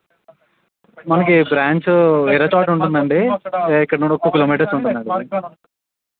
మనకు బ్రాంచ్ వేరే చోట ఉంటుంది అండి ఇక్కడ నుండి ఒక టూ కిలోమీటర్స్ ఉంటుంది అండి